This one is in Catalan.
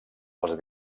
els